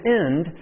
end